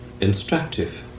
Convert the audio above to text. instructive